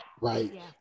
Right